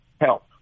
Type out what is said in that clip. help